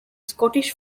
scottish